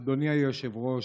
אדוני היושב-ראש,